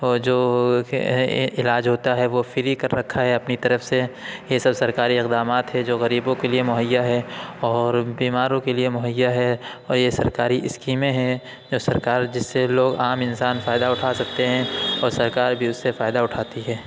وہ جو علاج ہوتا ہے وہ فری کر رکھا ہے اپنی طرف سے یہ سب سرکاری اقدامات ہے جو غریبوں کے لیے مہیا ہے اور بیماروں کے لیے مہیا ہے اور یہ سرکاری اسکیمیں ہیں جو سرکار جس سے لوگ عام انسان فائدہ اٹھا سکتے ہیں اور سرکار بھی اس سے فائدہ اٹھاتی ہے